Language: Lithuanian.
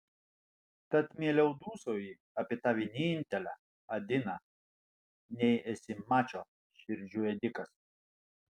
tad mieliau dūsauji apie tą vienintelę adiną nei esi mačo širdžių ėdikas